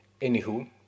Anywho